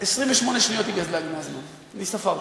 28 שניות היא גזלה לי מהזמן, אני ספרתי.